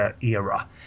era